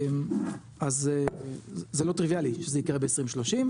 אז זה לא טריוויאלי שזה יקרה ב-2030,